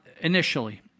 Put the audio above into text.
Initially